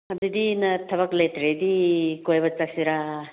ꯑꯗꯨꯗꯤ ꯅꯪ ꯊꯕꯛ ꯂꯩꯇ꯭ꯔꯗꯤ ꯀꯣꯏꯕ ꯆꯠꯁꯤꯔ